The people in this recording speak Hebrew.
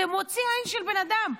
זה מוציא עין של בן אדם.